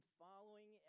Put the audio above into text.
following